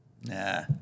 nah